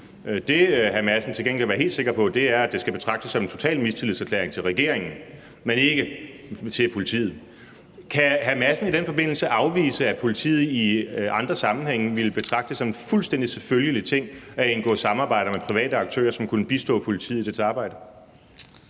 Rabjerg Madsen til gengæld kan være helt sikker på, er, at det skal betragtes som en total mistillidserklæring til regeringen, men ikke til politiet. Kan hr. Christian Rabjerg Madsen i den forbindelse afvise, at politiet i andre sammenhænge ville betragte det som en fuldstændig selvfølgelig ting at indgå samarbejder med private aktører, som kunne bistå politiet i dets arbejde?